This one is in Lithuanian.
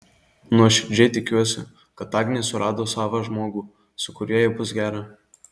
nuoširdžiai tikiuosi kad agnė surado savą žmogų su kuriuo jai bus gera